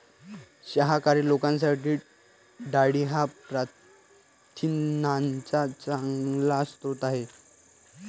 शाकाहारी लोकांसाठी डाळी हा प्रथिनांचा चांगला स्रोत आहे